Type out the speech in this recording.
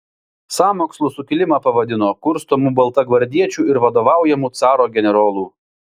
sąmokslu sukilimą pavadino kurstomu baltagvardiečių ir vadovaujamu caro generolų